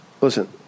Listen